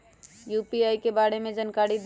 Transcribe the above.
UPI के बारे में जानकारी दियौ?